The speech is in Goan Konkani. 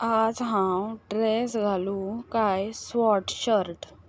आयज हांव ड्रॅस घालूं काय स्वॉटशर्ट